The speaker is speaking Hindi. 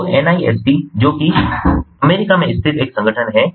तो NIST जो कि अमेरिका में स्थित एक संगठन है